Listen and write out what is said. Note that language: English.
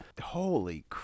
Holy